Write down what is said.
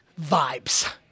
vibes